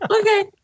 okay